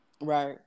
Right